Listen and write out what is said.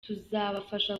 tuzabafasha